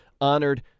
honored